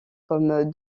comme